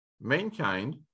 mankind